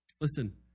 Listen